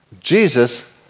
Jesus